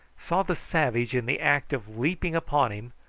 saw the savage in the act of leaping upon him,